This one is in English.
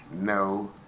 no